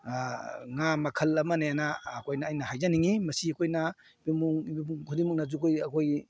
ꯉꯥ ꯃꯈꯜ ꯑꯃꯅꯦꯅ ꯑꯩꯈꯣꯏꯅ ꯑꯩꯅ ꯍꯥꯏꯖꯅꯤꯡꯏ ꯃꯁꯤ ꯑꯩꯈꯣꯏꯅ ꯃꯤꯄꯨꯝ ꯈꯨꯗꯤꯡꯃꯛꯅꯁꯨ ꯑꯩꯈꯣꯏꯒꯤ